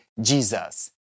Jesus